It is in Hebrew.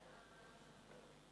חוק תשלומים